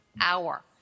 hour